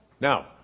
Now